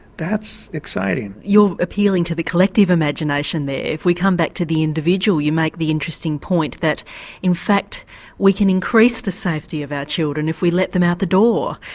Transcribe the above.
that's exciting. you're appealing to the collective imagination there. if we come back to the individual, you make the interesting point that in fact we can increase the safety of our children if we let them out the door,